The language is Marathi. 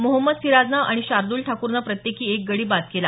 मोहम्मद सिराज आणि शार्दल ठाकूरनं प्रत्येकी एक गडी बाद केला